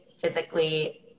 physically